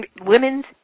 Women's